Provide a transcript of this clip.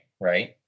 right